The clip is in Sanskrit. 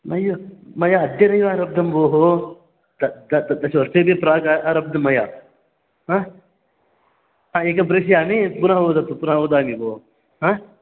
नैव मया अद्य नैव आरब्धं भोः दशवर्षेभ्यः प्राक् आरब्धं मया एकं प्रेषयामि पुनः वदतु पुनः वदामि भोः